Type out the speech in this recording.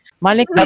Malik